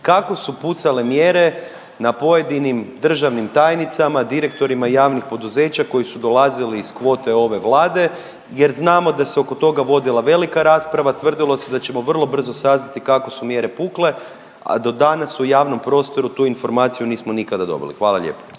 kako su pucale mjere na pojedinim državnim tajnicama, direktorima javnih poduzeća koji su dolazili iz kvote ove Vlade jer znamo da se oko toga vodila velika rasprava. Tvrdilo se da ćemo vrlo brzo saznati kako su mjere pukle, a do danas u javnom prostoru tu informaciju nismo nikada dobili. Hvala lijepo.